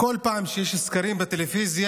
כל פעם שיש סקרים בטלוויזיה,